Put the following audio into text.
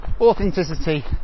authenticity